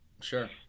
Sure